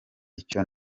icyo